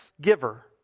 giver